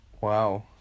Wow